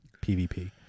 PvP